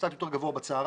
קצת יותר גבוה בצוהריים.